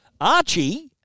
Archie